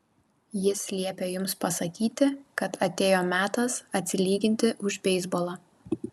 jis liepė jums pasakyti kad atėjo metas atsilyginti už beisbolą